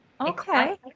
okay